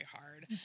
hard